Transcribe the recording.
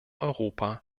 europa